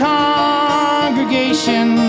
congregation